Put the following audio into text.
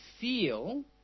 feel